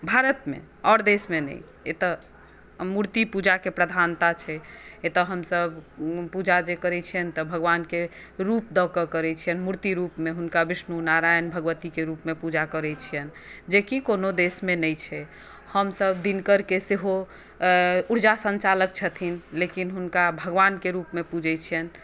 भारतमे आओर देशमे नहि एतय मुर्ति पूजाकेँ प्रधनता छै एतय हमसभ पूजा जे करै छियनि तऽ भगवानकेँ रूप दऽ कऽ करै छियनि मुर्ति रुपमे हुनका बिष्णु नारायण भगवतीकेँ रूपमे पूजा करै छियनि जेकि कोनो देशमे नहि छै हमसभ दिनकरकेँ सेहो ऊर्जा सञ्चालक छथिन लेकिन हुनका भगवानकेँ रुपमे पुजल जाइत छनि